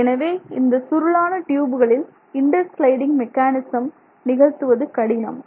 இந்த எனவே சுருளான ட்யூபுகளில் இன்டர் ஸ்லைடிங் மெக்கானிசம் நிகழ்த்துவது கடினம்